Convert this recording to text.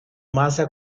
masa